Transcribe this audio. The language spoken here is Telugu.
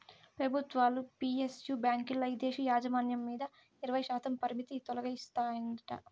పెబుత్వాలు పి.ఎస్.యు బాంకీల్ల ఇదేశీ యాజమాన్యం మీద ఇరవైశాతం పరిమితి తొలగిస్తాయంట